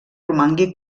romangui